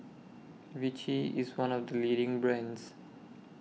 Vichy IS one of The leading brands